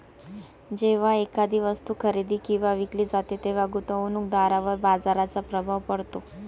जेव्हा एखादी वस्तू खरेदी किंवा विकली जाते तेव्हा गुंतवणूकदारावर बाजाराचा प्रभाव पडतो